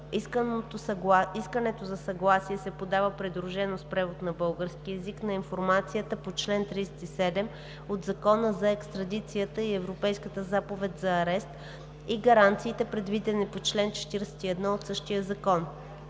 искането за съгласие се подава придружено с превод на български език на информацията по чл. 37 от Закона за екстрадицията и Европейската заповед за арест и гаранциите, предвидени по чл. 41 от същия закон.